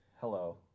Hello